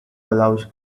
allows